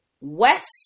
West